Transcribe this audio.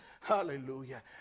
Hallelujah